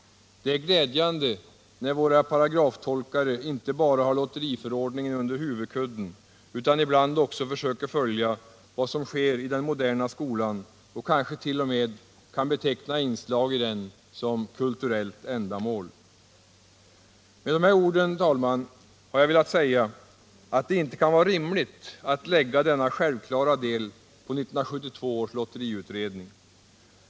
Det är glädjande när våra paragraftolkare inte bara har lotteriförordningen under huvudkudden utan ibland också försöker följa vad som sker i den moderna skolan och kanske tt.o.m. kan beteckna inslag i den som ”kulturellt ändamål”. Med de här orden, herr talman, har jag velat säga att det inte kan vara rimligt att lägga denna självklara del på 1972 års lotteriutredning.